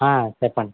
చెప్పండి